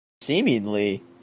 seemingly